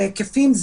ההיקפים.